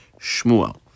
Shmuel